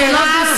מירב,